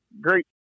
Great